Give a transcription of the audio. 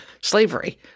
slavery